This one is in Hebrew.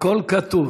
הכול כתוב.